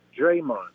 Draymond